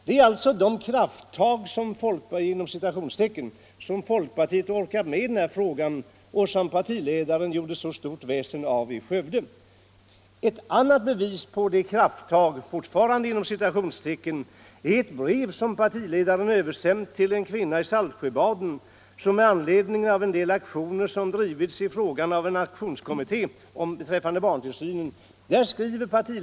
Det är alltså de ”krafttag” som folkpartiet har orkat med i denna fråga och som partiledaren gjorde så stort väsen av i Skövde. Ett annat bevis på detta ”krafttag” är ett brev som partiledaren har översänt till en kvinna i Saltsjöbaden med anledning av en del aktioner som drivits av en aktionsgrupp beträffande barntillsynen.